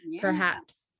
perhaps-